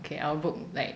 okay I will book like